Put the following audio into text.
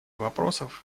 вопросов